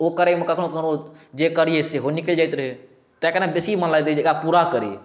ओ करय मे कखनो कखनो जे करियै सेहो निकलि जाइत रहै तैं कनी बेसी मन लागैत रहै जे एकरा पूरा करी